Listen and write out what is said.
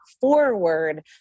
forward